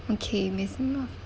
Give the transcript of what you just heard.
okay miss~